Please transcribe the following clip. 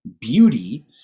beauty